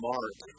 Mark